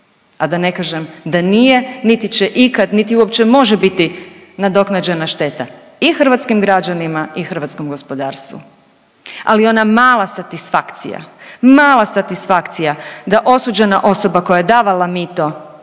a da ne kažem da nije niti će ikad, niti uopće može biti nadoknađena šteta i hrvatskim građanima i hrvatskom gospodarstvu. Ali ona mala satisfakcija, mala satisfakcija da osuđena osoba koja je davala mito